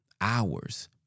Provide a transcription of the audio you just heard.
hours